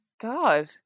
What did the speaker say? God